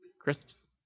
Crisps